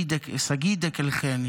שגיא דקל חן,